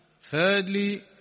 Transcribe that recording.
Thirdly